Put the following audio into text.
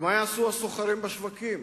ומה יעשו הסוחרים בשווקים?